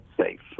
safe